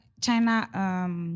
China